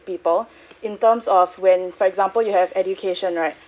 people in terms of when for example you have education right